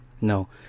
no